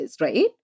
Right